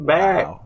back